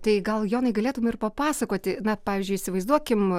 tai gal jonai galėtum ir papasakoti na pavyzdžiui įsivaizduokim